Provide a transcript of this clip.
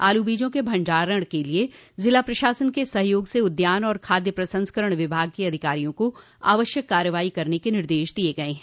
आलू बीजों के भंडारण के लिये जिला प्रशासन के सहयोग से उद्यान एवं खाद्य प्रसंस्करण विभाग के अधिकारियों को आवश्यक कार्रवाई करने क निर्देश दिये गये है